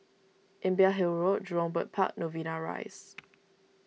Imbiah Hill Road Jurong Bird Park Novena Rise